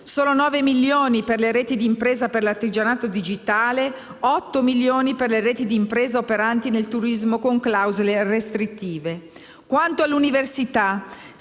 (solo 9 milioni per le reti di impresa per l'artigianato digitale e 8 milioni per le reti di impresa operanti nel turismo, con clausole restrittive). Quanto all'università,